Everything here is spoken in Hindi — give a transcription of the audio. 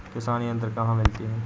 किसान यंत्र कहाँ मिलते हैं?